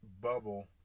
bubble